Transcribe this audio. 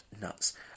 nuts